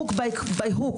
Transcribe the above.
הוק ביי הוק,